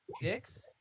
six